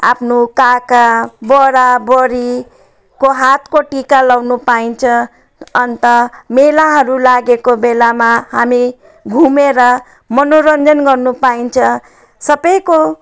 आफ्नो काका बडा बडीको हातको टिका लगाउनु पाइन्छ अन्त मेलाहरू लागेको बेलामा हामी घुमेर मनोरञ्जन गर्नु पाइन्छ सबैको